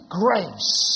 grace